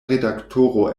redaktoro